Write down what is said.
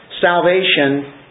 salvation